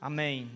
Amém